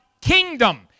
kingdom